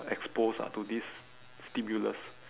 exposed ah to this stimulus